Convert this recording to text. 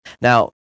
Now